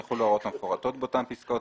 יחולו ההוראות המפורטות באותן פסקאות.